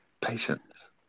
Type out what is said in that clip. patience